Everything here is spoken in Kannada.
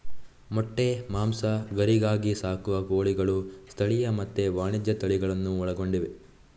ಮೊಟ್ಟೆ, ಮಾಂಸ, ಗರಿಗಾಗಿ ಸಾಕುವ ಕೋಳಿಗಳು ಸ್ಥಳೀಯ ಮತ್ತೆ ವಾಣಿಜ್ಯ ತಳಿಗಳನ್ನೂ ಒಳಗೊಂಡಿವೆ